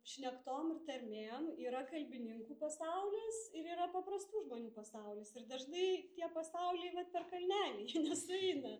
šnektom ir tarmėm yra kalbininkų pasaulis ir yra paprastų žmonių pasaulis ir dažnai tie pasauliai vat per kalnelį jie nesueina